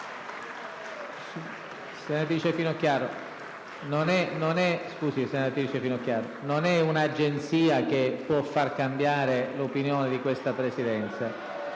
Finocchiaro, non è un'agenzia che può far cambiare l'opinione di questa Presidenza.